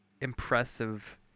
impressive